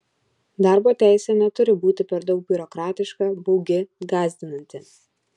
darbo teisė neturi būti per daug biurokratiška baugi gąsdinanti